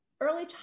early